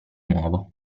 nuovo